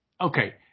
Okay